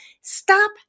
stop